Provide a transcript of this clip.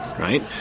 Right